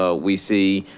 ah we see.